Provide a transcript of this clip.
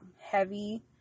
heavy